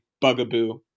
bugaboo